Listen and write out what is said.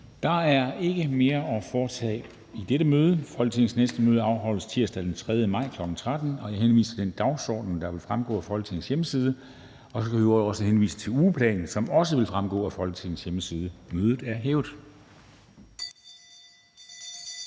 Der er ikke mere at foretage i dette møde. Folketingets næste møde afholdes tirsdag den 3. maj 2022, kl. 13.00. Jeg henviser til den dagsorden, der vil fremgå af Folketingets hjemmeside se. Og så vil jeg i øvrigt også henvise til ugeplanen, som også vil fremgå af Folketingets hjemmeside Mødet er hævet.